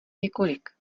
několik